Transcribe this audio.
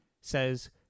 says